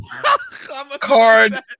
Card